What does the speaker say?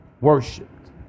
worshipped